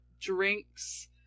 drinks